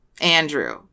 Andrew